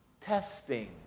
Testing